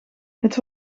het